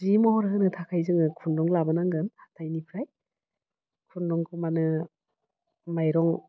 जि महर होनो थाखाय जोङो खुन्दुं लाबोनांगोन हाथाइनिफ्राय खुन्दुंखौ मानो माइरं